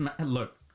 look